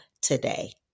today